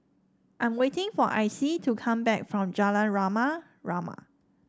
I am waiting for Icy to come back from Jalan Rama Rama